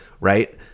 right